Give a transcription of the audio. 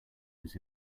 was